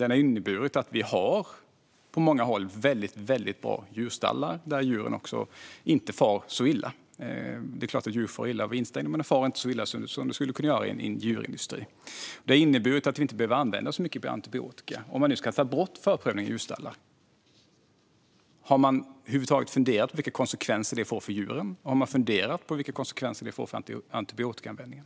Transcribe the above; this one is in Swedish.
Den har inneburit att det på många håll finns bra djurstallar där djuren inte far så illa. Det är klart att djur far illa av att vara instängda, men de far inte så illa som de skulle kunna göra i en djurindustri. Detta har inneburit att vi inte har behövt använda så mycket antibiotika. Om man nu ska ta bort förprövning av djurstallar, har man över huvud taget funderat över vilka konsekvenser det får för djuren? Har man funderat över vilka konsekvenser det får för antibiotikaanvändningen?